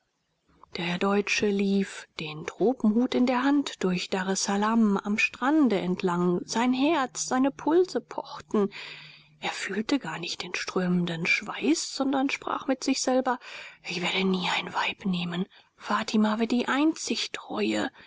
der deutsche lief den tropenhut in der hand durch daressalam am strande entlang sein herz seine pulse pochten er fühlte gar nicht den strömenden schweiß sondern sprach mit sich selber ich werde nie ein weib nehmen fatima war die einzig treue